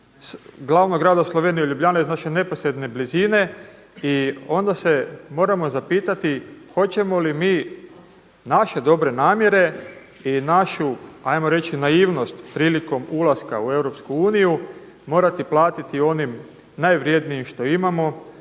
glavnog grada Slovenije Ljubljane iz naše neposredne blizine. I onda se moramo zapitati hoćemo li mi naše dobre namjere i našu ajmo reći naivnost prilikom ulaska u EU, morati platiti onim najvrjednijim što imamo,